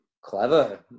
clever